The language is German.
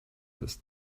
ist